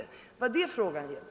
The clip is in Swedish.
Det var det frågan gällde.